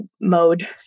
mode